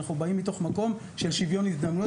אנחנו באים מתוך מקום של שוויון הזדמנויות.